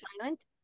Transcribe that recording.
silent